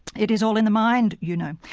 it is all in the mind you know!